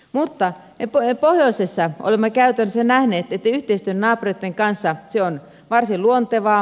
mutta me pohjoisessa olemme käytännössä nähneet että yhteistyö naapureitten kanssa on varsin luontevaa